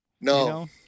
No